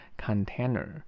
container